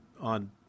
on